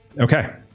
okay